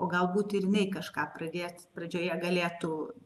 o galbūt ir nei kažką pradėt pradžioje galėtų